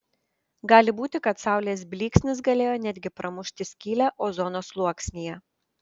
gali būti kad saulės blyksnis galėjo net gi pramušti skylę ozono sluoksnyje